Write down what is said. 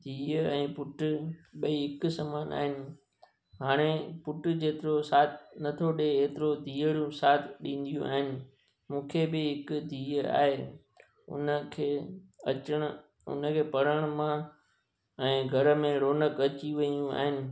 धीअ ऐं पुटु ॿई हिकु समान आहिनि हाणे पुटु जेतिरो साथ नथो ॾिए एतिरो धीअरू साथ ॾींदियूं आहिनि मूंखे बि हिकु धीअ आहे उनखे अचनि उनखे पढ़ण मां ऐं घर में रौनक़ु अची वियूं आहिनि